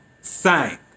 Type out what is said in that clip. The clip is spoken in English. sang